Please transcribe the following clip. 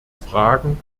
fragen